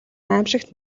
аймшигт